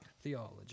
theology